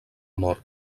mort